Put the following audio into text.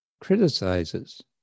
criticizes